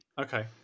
Okay